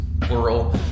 plural